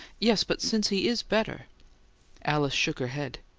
yes, but since he is better alice shook her head.